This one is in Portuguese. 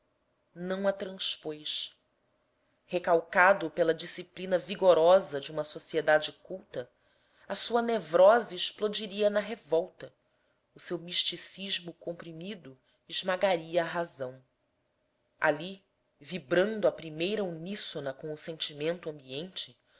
não a transpôs recalcado pela disciplina vigorosa de uma sociedade culta a sua nevrose explodiria na revolta o seu misticismo comprimido esmagaria a razão ali vibrando a primeira uníssona com o sentimento ambiente